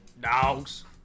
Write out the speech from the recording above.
Dogs